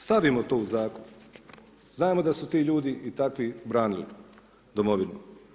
Stavimo to u zakon, znamo da su ti ljudi i takvi branili domovinu.